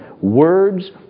words